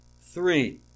three